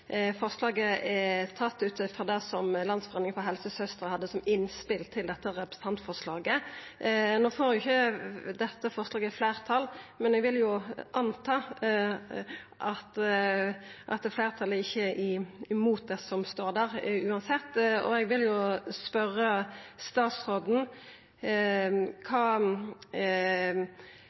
representantforslaget. No får ikkje dette forslaget fleirtal, men eg vil jo anta at fleirtalet ikkje er imot det som står der, uansett. Eg vil spørja statsråden kva